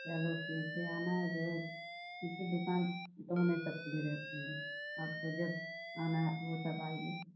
चलो ठीक है आना जो है ठीक है दुकान तो हमेशा खुली रहती है आपको जब आना हो तब आइए